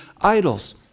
idols